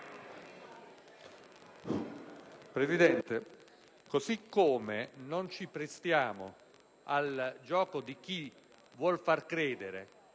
Presidente, non ci prestiamo al gioco di chi vuol fare credere